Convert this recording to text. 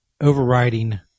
overriding